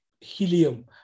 helium